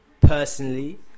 personally